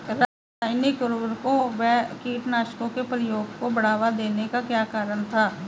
रासायनिक उर्वरकों व कीटनाशकों के प्रयोग को बढ़ावा देने का क्या कारण था?